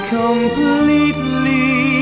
completely